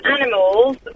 animals